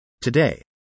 Today